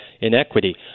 inequity